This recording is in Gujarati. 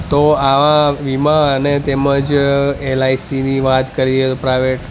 તો આવા વીમા અને તેમજ એલ આઇ સીની વાત કરીએ તો પ્રાઈવેટ